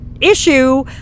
issue